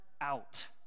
out